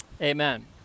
Amen